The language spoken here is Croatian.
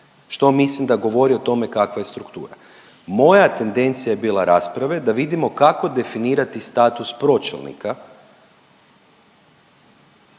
što mislim da govori o tome kakva je struktura. Moja tendencija je bila rasprave da vidimo kako definirati status pročelnika